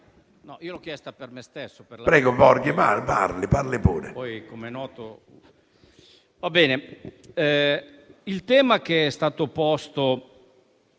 il tema che è stato posto